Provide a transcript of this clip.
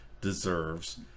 deserves